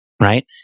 Right